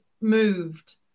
moved